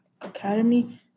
Academy